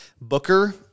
Booker